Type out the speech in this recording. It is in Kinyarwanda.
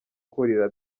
kurira